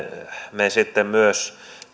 me sitten myös